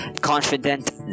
confident